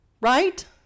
right